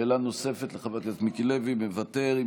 שאלה נוספת לחבר הכנסת מיקי לוי, מוותר.